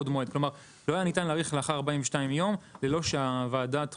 לא ניתן היה להאריך לאחר 42 יום בלי אישור של ועדת חוקה.